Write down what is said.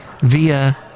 via